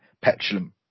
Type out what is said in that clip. petulant